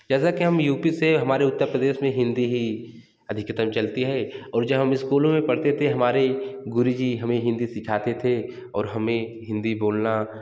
जैसा कि हम यू पी से हमारे उत्तर प्रदेश में हिंदी ही अधिकतम चलती है और जब हम स्कूलों में पढ़ते थे हमारे गुरु जी हमें हिंदी सिखाते थे और हमें हिंदी बोलना